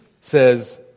says